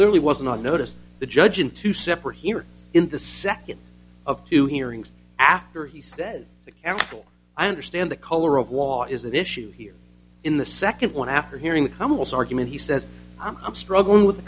clearly wasn't on notice the judge in two separate hearings in the second of two hearings after he says the counsel i understand the color of law is an issue here in the second one after hearing the comments argument he says i'm struggling with the